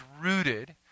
rooted